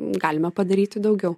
galime padaryti daugiau